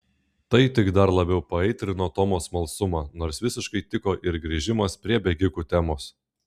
tai tik dar labiau paaitrino tomo smalsumą nors visiškai tiko ir grįžimas prie bėgikų temos